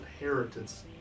inheritance